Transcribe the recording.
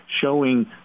showing